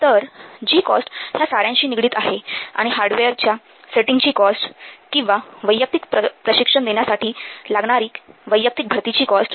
तर जी कॉस्ट ह्या साऱ्यांशी निगडित आहे आणि हार्डवेअरच्या सेटिंगची कॉस्ट किंवा वैयक्तिक प्रशिक्षण देण्यासाठी लागणारी वैयक्तिक भरतीची कॉस्ट